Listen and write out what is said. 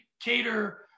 Cater